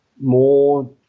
more